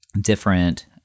different